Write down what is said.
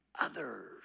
others